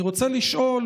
אני רוצה לשאול,